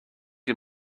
you